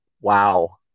wow